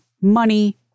money